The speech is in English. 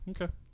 Okay